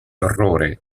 orrore